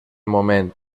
moment